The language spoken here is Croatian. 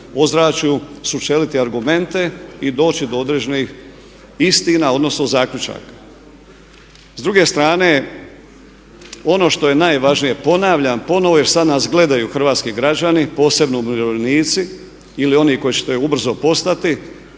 ozračju sučeliti argumente i doći do određenih istina odnosno zaključaka. S druge strane ono što je najvažnije, ponavljam ponovno jer sad nas gledaju hrvatski građani, posebno umirovljenici ili oni koji će to ubrzo postati,